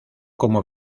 como